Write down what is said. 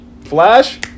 Flash